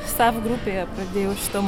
sav grupėje pradėjau šito